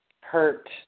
hurt